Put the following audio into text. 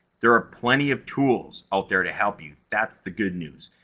there are plenty of tools out there to help you. that's the good news!